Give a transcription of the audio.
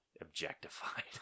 Objectified